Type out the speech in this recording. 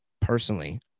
personally